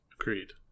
Agreed